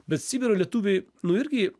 bet sibiro lietuviai nu irgi